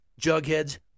Jughead's